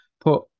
put